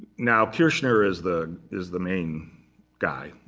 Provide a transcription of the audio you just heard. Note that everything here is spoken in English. now kirchner is the is the main guy.